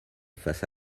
face